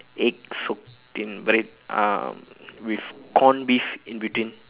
egg soaked in bread um with corned beef in between